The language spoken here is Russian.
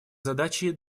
задачей